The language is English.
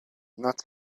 not